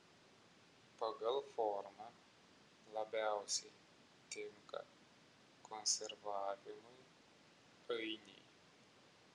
pagal formą labiausiai tinka konservavimui ainiai